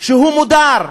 שהוא מודר.